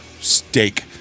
steak